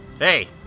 Hey